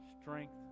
strength